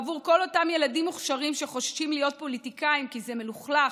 בעבור כל אותם ילדים מוכשרים שחוששים להיות פוליטיקאים כי זה מלוכלך,